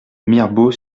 mirebeau